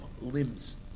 limbs